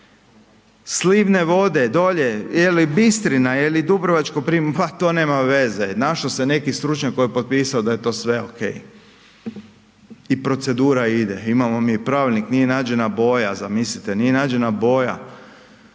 slivne vode dolje, je li Bistrina, je li Dubrovačko Primorje, ma to nema veze, našo se neki stručnjak koji je potpisao da je to sve okej i procedura ide, imamo mi i Pravilnik, nije nađena boja zamislite, nije nađena boja